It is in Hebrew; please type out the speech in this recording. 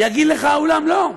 יגיד לך האולם: לא.